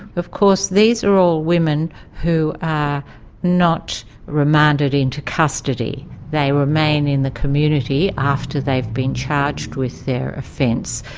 of course, these are all women who are not remanded into custody they remain in the community after they've been charged with their offence,